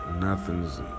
Nothing's